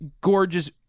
gorgeous